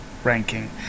ranking